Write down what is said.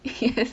yes